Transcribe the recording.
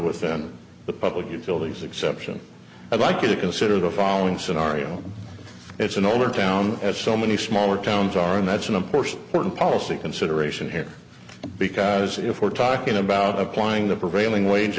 within the public utilities exception i'd like you to consider the following scenario it's an older town as so many smaller towns are and that's an important foreign policy consideration here because if we're talking about applying the prevailing wage